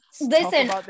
listen